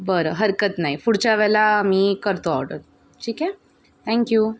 बरं हरकत नाही पुढच्या वेळी मी करतो ऑर्डर ठीक आहे थँक यू